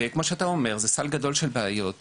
כמו שאתה אומר, זה סל גדול של בעיות.